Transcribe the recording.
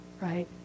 right